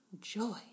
joy